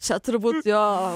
čia turbūt jo